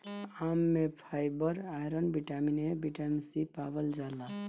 आम में fibre, iron, vitamin A, vitamin C पावल जाला